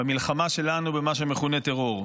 במלחמה שלנו במה שמכונה טרור.